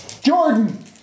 Jordan